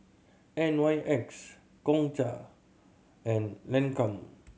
N Y X Gongcha and Lancome